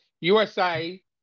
USA